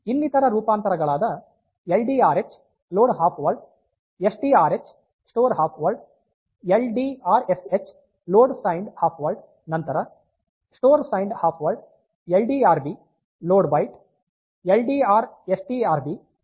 ಇನ್ನಿತರ ರೂಪಾಂತರಗಳಾದ L D R H load half word S T R H store half word L D R S H load signed half word ನಂತರ store signed half word L D R B load byte L D R S T R B store byte